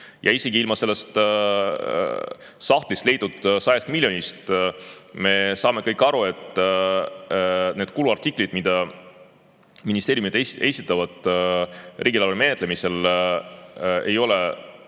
Ja isegi ilma selle sahtlist leitud 100 miljonita me saame kõik aru, et need kuluartiklid, mida ministeeriumid esitavad riigieelarve menetlemisel, ei ole